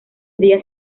días